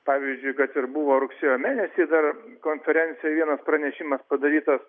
pavyzdžiui kad ir buvo rugsėjo mėnesį dar konferencijoj vienas pranešimas padarytas